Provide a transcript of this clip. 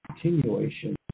continuation